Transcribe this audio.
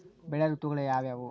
ಬೆಳೆ ಋತುಗಳು ಯಾವ್ಯಾವು?